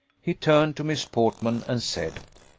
he turned to miss portman, and said,